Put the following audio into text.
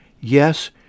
Yes